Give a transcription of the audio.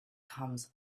comes